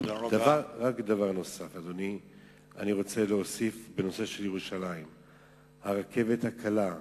אני רוצה להוסיף בנושא הרכבת הקלה.